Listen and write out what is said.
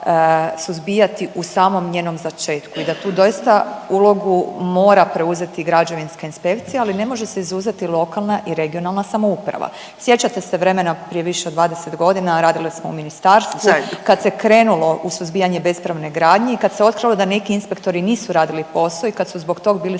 suzbijati u samom njenom začetku i da tu doista ulogu mora preuzeti građevinska inspekcija, ali ne može se izuzeti lokalna i regionalna samouprava. Sjećate se vremena prije više od 20 godina radile smo u ministarstvu …/Upadica Mrak Taritaš: Zajedno./… kad se krenulo u suzbijanje bespravne gradnje i kad se otkrilo da neki inspektori nisu radili posao i kad su zbog tog bili